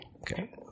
Okay